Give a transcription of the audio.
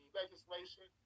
legislation